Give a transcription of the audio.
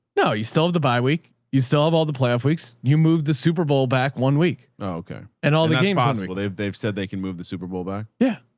no. you still have the bi-week you still have all the playoff weeks. you move the superbowl back one week. okay. and all the games ah school they've they've said they can move the super bowl back. yeah.